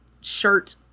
shirt